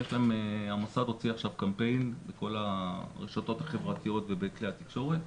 המוסד הוציא עכשיו קמפיין בכל הרשתות החברתיות ובכלי התקשורת,